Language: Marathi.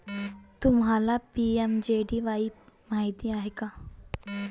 तुम्हाला पी.एम.जे.डी.वाई माहित आहे का?